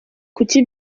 kuki